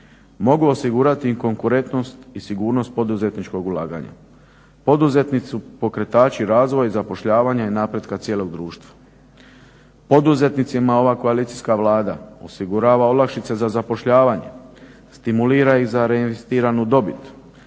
mogu osigurati i konkurentnost i sigurnost poduzetničkog ulaganja. Poduzetnici su pokretači razvoja i zapošljavanja i napretka cijelog društva. Poduzetnicima ova koalicijska Vlada osigurava olakšice za zapošljavanje, stimulira ih za reinvestiranu dobit,